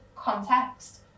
context